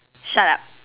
shut up